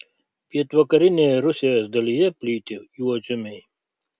pietvakarinėje rusijos dalyje plyti juodžemiai